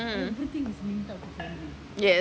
mm yes